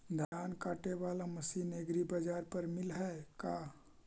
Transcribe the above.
धान काटे बाला मशीन एग्रीबाजार पर मिल है का?